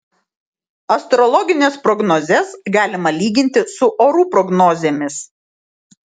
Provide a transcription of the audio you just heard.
astrologines prognozes galima lyginti su orų prognozėmis